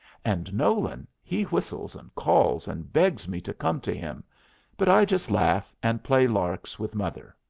and nolan he whistles and calls and begs me to come to him but i just laugh and play larks with mother.